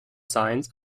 signs